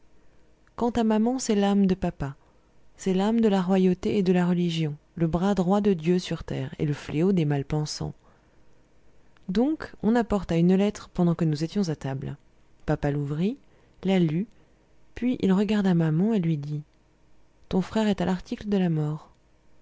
quant à maman c'est l'âme de papa c'est l'âme de la royauté et de la religion le bras droit de dieu sur terre et le fléau des mal pensants donc on apporta une lettre pendant que nous étions à table papa l'ouvrit la lut puis il regarda maman et lui dit ton frère est à l'article de la mort